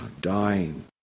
dying